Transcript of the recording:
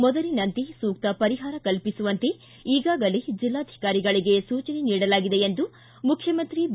ಮೊದಲಿನಂತೆ ಸೂಕ್ತ ಪರಿಹಾರ ಕಲ್ಪಿಸುವಂತೆ ಈಗಾಗಲೇ ಜಿಲ್ಲಾಧಿಕಾರಿಗಳಿಗೆ ಸೂಚನೆ ನೀಡಲಾಗಿದೆ ಎಂದು ಮುಖ್ಯಮಂತ್ರಿ ಬಿ